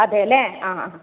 അതെല്ലേ ആ ആ